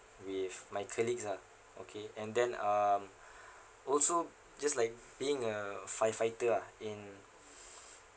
with my colleagues ah okay and then um also just like being a firefighter ah in